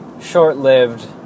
short-lived